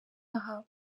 aha